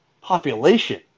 population